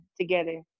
together